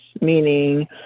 meaning